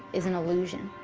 is an illusion.